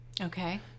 Okay